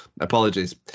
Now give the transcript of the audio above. apologies